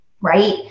right